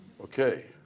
Okay